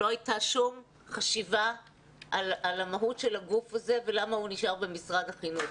לא הייתה שום חשיבה על המהות של הגוף הזה ולמה הוא נשאר במשרד החינוך.